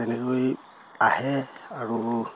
তেনেকৈ আহে আৰু